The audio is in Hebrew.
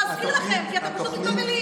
להזכיר לכם, כי אתם פשוט מתבלבלים.